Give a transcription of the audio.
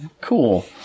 Cool